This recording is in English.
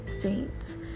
saints